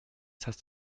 das